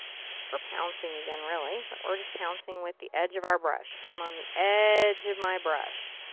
we're pouncing again, really, but we're just pouncing with the edge of our brush. i m on the edge of my brush.